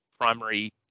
primary